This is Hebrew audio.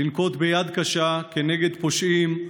לנקוט יד קשה כנגד פושעים,